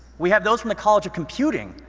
we have those from the college of computing,